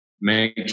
make